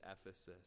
Ephesus